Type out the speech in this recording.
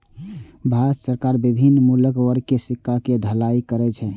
भारत सरकार विभिन्न मूल्य वर्ग के सिक्का के ढलाइ करै छै